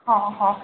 ହଁ ହଁ